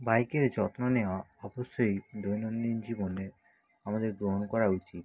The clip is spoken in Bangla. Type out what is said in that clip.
বাইকের যত্ন নেওয়া অবশ্যই দৈনন্দিন জীবনে আমাদের গ্রহণ করা উচিত